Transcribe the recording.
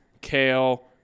Kale